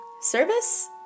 Service